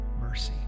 mercy